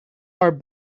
our